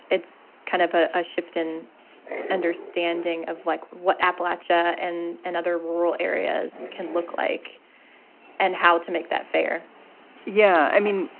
it's kind of a ah shift in understanding of like what appalachia and and other rural areas can look like and how to make that fair yeah, i mean,